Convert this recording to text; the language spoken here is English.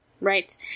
Right